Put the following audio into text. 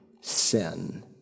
sin